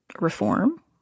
reform